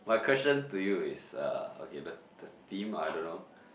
my question to you is uh okay the the theme I don't know